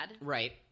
Right